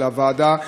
של הוועדה,